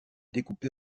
découpée